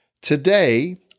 Today